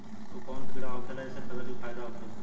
उ कौन कीड़ा होखेला जेसे फसल के फ़ायदा होखे ला?